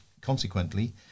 consequently